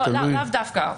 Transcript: לאו דווקא.